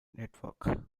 network